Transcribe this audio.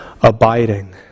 abiding